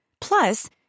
Plus